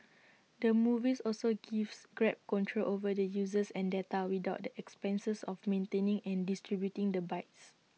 the movies also gives grab control over the users and data without the expenses of maintaining and distributing the bikes